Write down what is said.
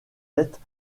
êtes